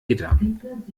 gittern